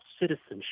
citizenship